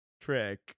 trick